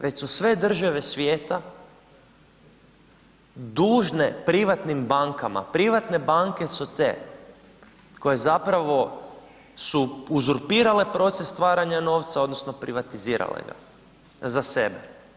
Već su sve države svijeta dužne privatnim bankama, privatne banke su te koje zapravo su uzurpirale proces stvaranja novca, odnosno privatizirale ga za sebe.